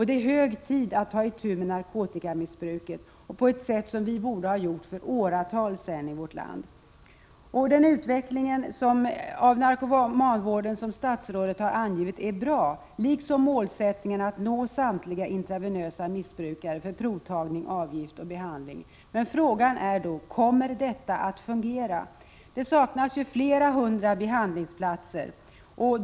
Det är hög tid att ta itu med narkotikamissbruket på ett sätt som vi i vårt land borde ha gjort för åratal sedan. Den utveckling av narkomanvården som statsrådet har angivit är bra liksom målsättningen att nå samtliga missbrukare som använder narkotika intravenöst för provtagning, avgiftning och behandling. Men kommer detta att fungera? Det saknas flera hundra behandlingsplatser.